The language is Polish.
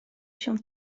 się